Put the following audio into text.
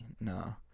No